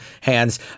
hands